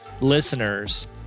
listeners